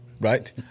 Right